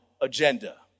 agenda